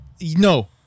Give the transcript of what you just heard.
no